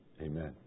amen